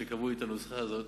כשקבעו את הנוסחה הזאת,